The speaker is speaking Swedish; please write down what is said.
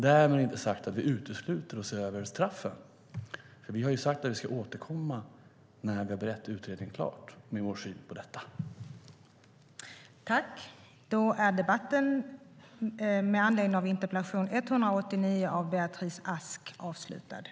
Därmed inte sagt att vi utesluter att se över straffen, utan vi har sagt att vi ska återkomma med vår syn på frågorna när utredningen är färdigberedd.